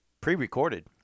pre-recorded